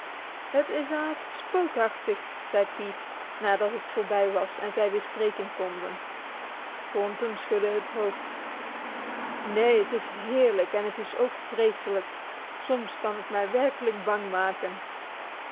het is haast spookachtig zei pete nadat het voorbij was en zij weer spreken konden thornton schudde het hoofd neen het is heerlijk en het is ook vreselijk soms kan het mij werkelijk bang maken